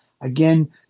Again